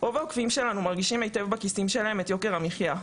רוב העוקבים שלנו מרגישים היטב בכיסים שלהם את יוקר המחייה,